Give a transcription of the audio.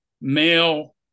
male